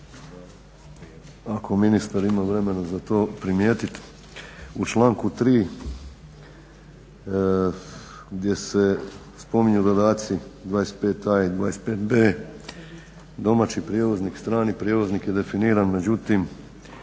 ako ministar ima vremena za to primijetiti. U članku 3. Gdje se spominju dodaci 25 a i 25 b, domaći prijevoznik, strani prijevoznik je definiran. Međutim